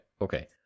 okay